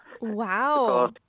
Wow